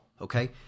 Okay